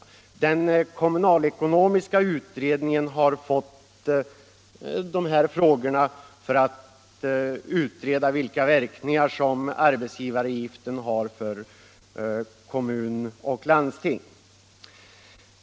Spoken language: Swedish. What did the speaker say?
Den kommunalekonomiska utredningen har också fått i uppdrag att utreda vilka verkningar som arbetsgivaravgiften har för kommun och landsting.